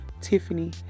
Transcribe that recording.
Tiffany